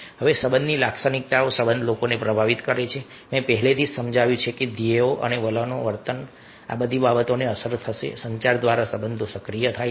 હવે સંબંધની આ લાક્ષણિકતા સંબંધ લોકોને પ્રભાવિત કરે છે મેં પહેલેથી જ સમજાવ્યું છે કે ધ્યેયો અને વલણ અને વર્તન આ બધી બાબતોને અસર થશે સંચાર દ્વારા સંબંધો સક્રિય થાય છે